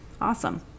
awesome